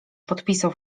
podpisał